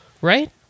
right